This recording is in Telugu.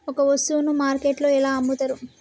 ఒక వస్తువును మార్కెట్లో ఎలా అమ్ముతరు?